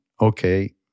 okay